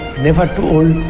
never too